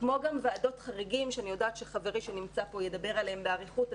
כמו גם ועדות חריגים שאני יודעת שחברי שנמצא פה ידבר עליהן באריכות.